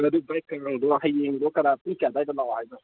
ꯑꯗꯨ ꯚꯥꯏ ꯀꯩꯅꯣꯗꯣ ꯍꯌꯦꯡꯗꯣ ꯀꯅꯥ ꯄꯨꯡ ꯀꯌꯥ ꯑꯗꯥꯏꯗ ꯂꯥꯛꯑꯣ ꯍꯥꯏꯅꯣ